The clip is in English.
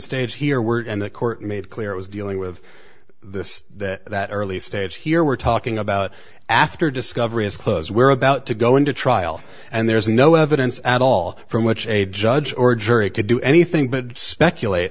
stage here were it and the court made clear it was dealing with this that that early stage here we're talking about after discovery is close we're about to go into trial and there's no evidence at all from which a judge or jury could do anything but speculate